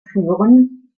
führen